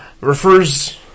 refers